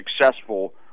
successful